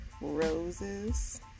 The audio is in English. roses